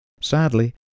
Sadly